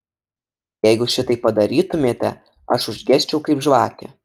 jeigu šitaip padarytumėte aš užgesčiau kaip žvakė